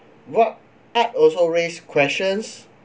what art also raise questions